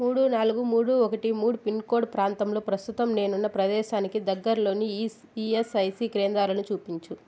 మూడు నాలుగు మూడు ఒకటి మూడు పిన్ కోడ్ ప్రాంతంలో ప్రస్తుతం నేనున్న ప్రదేశానికి దగ్గరలోని ఇస్ ఈయస్ఐసి కేంద్రాలను చూపించుము